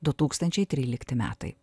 du tūkstančiai trylikti metai